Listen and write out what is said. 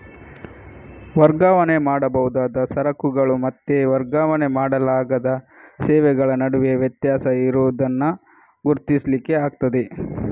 ವರ್ಗಾವಣೆ ಮಾಡಬಹುದಾದ ಸರಕುಗಳು ಮತ್ತೆ ವರ್ಗಾವಣೆ ಮಾಡಲಾಗದ ಸೇವೆಗಳ ನಡುವೆ ವ್ಯತ್ಯಾಸ ಇರುದನ್ನ ಗುರುತಿಸ್ಲಿಕ್ಕೆ ಆಗ್ತದೆ